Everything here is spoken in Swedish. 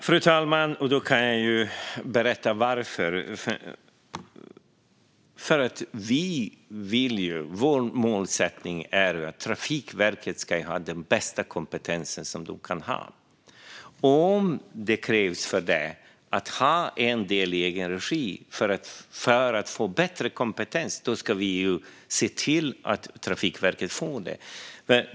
Fru talman! Jag kan berätta varför. Vår målsättning är att Trafikverket ska ha den bästa kompetens man kan ha. Om det för detta krävs att man har en del i egen regi ska vi se till att Trafikverket får det.